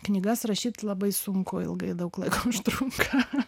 knygas rašyti labai sunku ilgai daug laiko užtrunka